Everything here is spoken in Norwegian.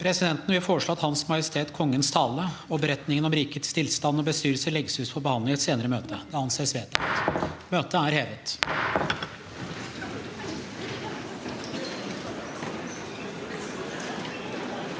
Presidenten vil foreslå at Hans Majestet Kongens tale og beretningen om rikets tilstand og bestyrelse legges ut for behandling i et senere møte. – Det anses vedtatt. Møtet hevet